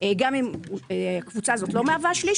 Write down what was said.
גם אם הקבוצה לא מהווה שליש,